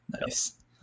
Nice